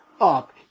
up